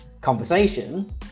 conversation